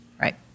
Right